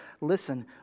listen